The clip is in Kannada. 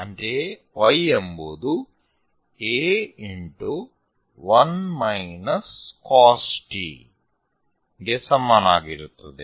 ಅಂತೆಯೇ Y ಎಂಬುವುದು a x ಗೆ ಸಮನಾಗಿರುತ್ತದೆ